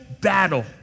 battle